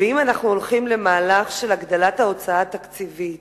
אם אנחנו הולכים למהלך של הגדלת ההוצאה התקציבית